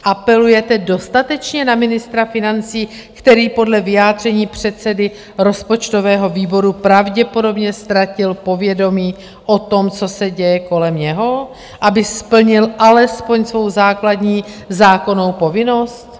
Apelujete dostatečně na ministra financí, který podle vyjádření předsedy rozpočtového výboru pravděpodobně ztratil povědomí o tom, co se děje kolem něho, aby splnil alespoň svou základní zákonnou povinnost?